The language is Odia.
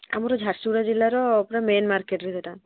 ଆମର ଝାରସୁଗଡ଼ା ଜିଲ୍ଲାର ପୁରା ମେନ୍ ମାର୍କେଟ୍ରେ ସେଇଟା